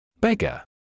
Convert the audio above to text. Beggar